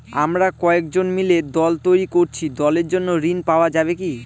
আমরা কয়েকজন মিলে দল তৈরি করেছি দলের জন্য ঋণ পাওয়া যাবে কি?